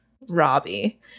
Robbie